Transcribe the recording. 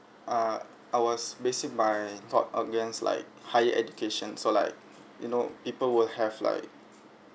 ah I was basic by thought against like higher education so like you know people will have like